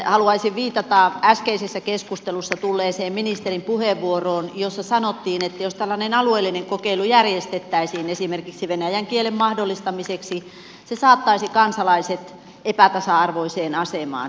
haluaisin viitata äskeisessä keskustelussa tulleeseen ministerin puheenvuoroon jossa sanottiin että jos tällainen alueellinen kokeilu järjestettäisiin esimerkiksi venäjän kielen mahdollistamiseksi se saattaisi kansalaiset epätasa arvoiseen asemaan